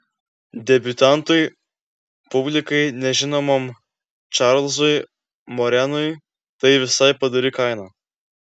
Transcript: debiutantui publikai nežinomam čarlzui morenui tai visai padori kaina